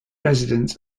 residents